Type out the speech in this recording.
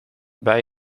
bij